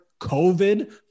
COVID